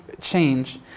change